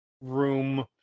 room